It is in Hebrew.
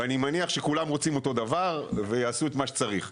ואני מניח שכולם רוצים אותו דבר ויעשו את מה שצריך.